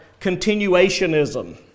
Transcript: continuationism